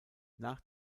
nach